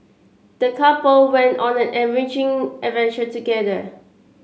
the couple went on an enriching adventure together